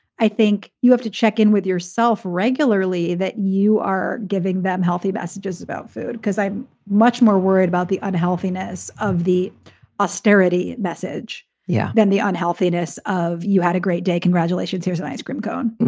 i think you have to check in with yourself regularly that you are giving them healthy messages about food, because i'm much more worried about the unhealthiness of the austerity message yeah than the unhealthiness of you had a great day. congratulations. here's an ice cream cone.